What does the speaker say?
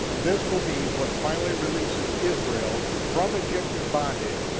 this will be what finally releases israel from egyptian bondage,